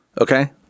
Okay